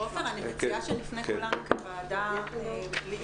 עופר, אני מציעה שלפני כן גם כוועדה, אם